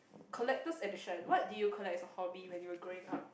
collectors edition what do you collect as a hobby when you were growing up